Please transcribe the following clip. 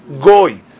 goy